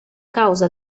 causa